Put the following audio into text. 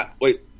Wait